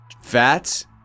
Fats